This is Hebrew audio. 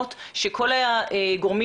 כל חיי